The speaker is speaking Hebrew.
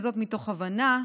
וזאת מתוך הבנה,